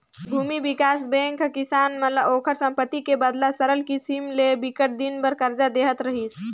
भूमि बिकास बेंक ह किसान मन ल ओखर संपत्ति के बदला सरल किसम ले बिकट दिन बर करजा देवत रिहिस